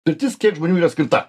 pirtis kiek žmonių yra skirta